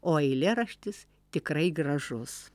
o eilėraštis tikrai gražus